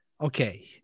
Okay